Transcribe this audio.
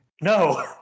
No